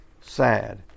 sad